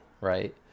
right